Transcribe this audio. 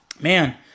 man